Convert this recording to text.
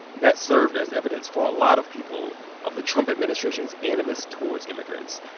that served as evidence for a lot of people of the trump administration's animus towards immigrants.